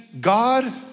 God